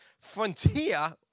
Frontier